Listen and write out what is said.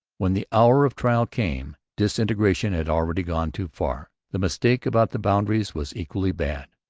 when the hour of trial came disintegration had already gone too far. the mistake about the boundaries was equally bad.